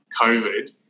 COVID